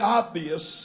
obvious